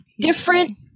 Different